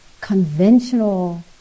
conventional